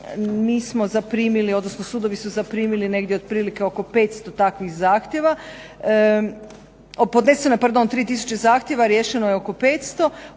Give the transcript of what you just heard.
mi smo zaprimili, odnosno sudovi su zaprimili negdje otprilike oko 500 takvih zahtjeva. Podneseno je pardon 3000 zahtjeva, riješeno je oko 500.